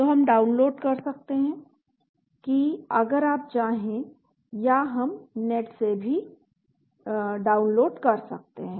तो हम डाउनलोड कर सकते हैं कि अगर आप चाहें या हम नेट से भी डाउनलोड कर सकते हैं